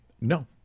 no